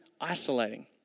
isolating